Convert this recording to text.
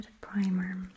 primer